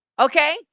okay